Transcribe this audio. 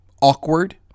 awkward